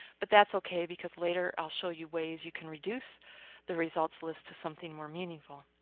but that's okay because later i'll show you ways you can reduce the results list to something more meaningful.